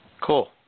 Cool